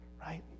right